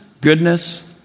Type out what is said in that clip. goodness